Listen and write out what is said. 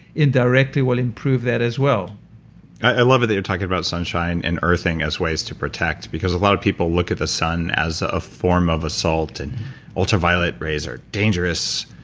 indirectly will improve that as well i love it that you're talking about sunshine and earthing as ways to protect, because a lot of people look as the sun as a form of assault, and ultraviolet rays are dangerous.